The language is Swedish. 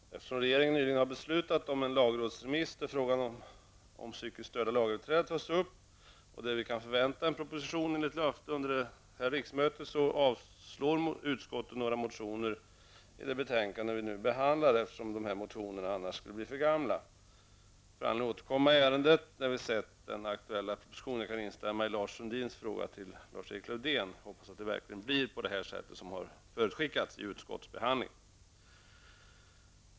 Herr talman! Eftersom regeringen nyligen har beslutat om en lagrådsremiss där frågan om psykiskt störda lagöverträdare tas upp och eftersom vi enligt löfte kan förvänta oss en proposition under det här riksmötet, avstyrker utskottet några motioner i det betänkande vi nu behandlar, eftersom de här motionerna annars skulle bli för gamla. Vi får anledning att återkomma i ärendet när vi sett den aktuella propositionen. Jag kan instämma i Lars Sundins fråga till Lars-Erik Lövdén. Jag hoppas att det verkligen blir på det sätt som har förutskickats vid utskottsbehandlingen.